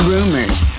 Rumors